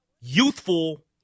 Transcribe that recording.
youthful